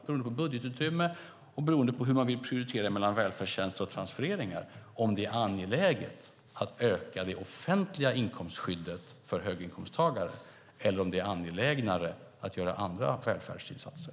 Beroende på budgetutrymme och beroende på hur man vill prioritera mellan välfärdstjänster och transfereringar kan man sedan diskutera om det är angeläget att öka det offentliga inkomstskyddet för höginkomsttagare eller om det är angelägnare att göra andra välfärdsinsatser.